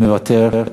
מוותר.